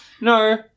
no